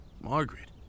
Margaret